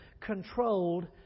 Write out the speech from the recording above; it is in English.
controlled